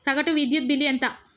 సగటు విద్యుత్ బిల్లు ఎంత?